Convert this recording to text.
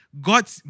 God